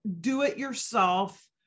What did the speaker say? do-it-yourself